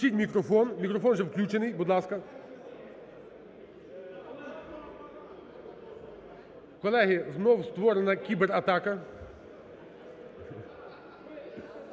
Мікрофон вже включений, будь ласка. Колеги, знову створена кібератака…